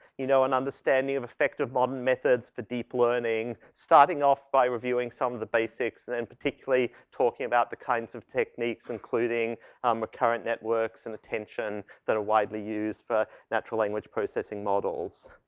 you know, an understanding of effective modern methods for deep learning. starting off by reviewing some of the basics and then particularly talking about the kinds of techniques including um, recurrent networks and attention that are widely used for natural language processing models.